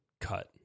cut